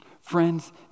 Friends